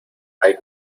hay